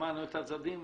שמענו את הצדדים.